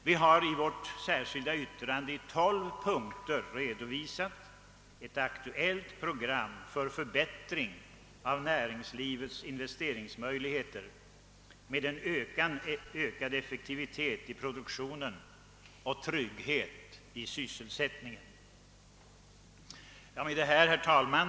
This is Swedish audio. Vi har i vårt särskilda yttrande i tolv punkter redovisat ett aktuellt program för förbättring av näringslivets investeringsmöjligheter med en ökad effektivitet i produktionen och trygghet i sysselsättningen som följd. Herr talman!